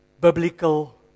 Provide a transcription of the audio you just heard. biblical